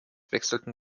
wechselten